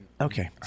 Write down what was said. Okay